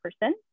person